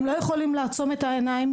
הם לא יכולים לעצום את העיניים,